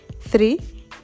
three